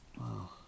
Wow